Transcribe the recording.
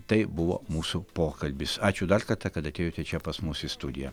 tai buvo mūsų pokalbis ačiū dar kartą kad atėjote čia pas mus į studiją